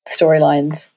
storylines